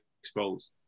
exposed